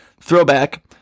throwback